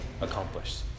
accomplished